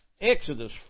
Exodus